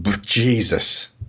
Jesus